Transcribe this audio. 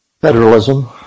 Federalism